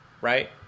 right